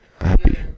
happy